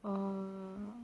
err